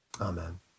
amen